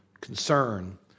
concern